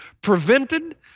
prevented